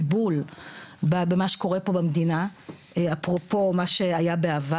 מגיל היסודי שבכל שלב אנחנו עולים ועולים בתכנים שנכנסים,